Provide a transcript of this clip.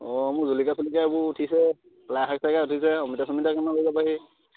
অ মোৰ জলকিয়া চলকিয়া এইবোৰ উঠিছে লাইশাক চাইশাক উঠিছে অমিতা চমিতা কেইটামানো লৈ যাবাহি